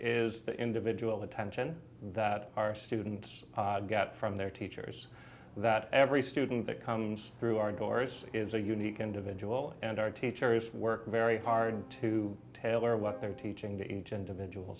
is the individual attention that our students get from their teachers that every student that comes through our doors is a unique individual and our teacher has worked very hard to tailor what they're teaching to each individual